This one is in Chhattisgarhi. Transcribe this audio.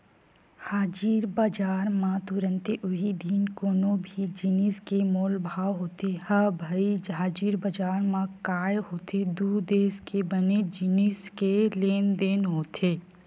हाजिर बजार म तुरते उहीं दिन कोनो भी जिनिस के मोल भाव होथे ह भई हाजिर बजार म काय होथे दू देस के बने जिनिस के लेन देन होथे